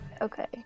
Okay